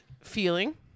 feeling